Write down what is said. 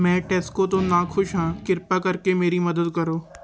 ਮੈਂ ਟੈਸਕੋ ਤੋਂ ਨਾਖੁਸ਼ ਹਾਂ ਕਿਰਪਾ ਕਰਕੇ ਮੇਰੀ ਮਦਦ ਕਰੋ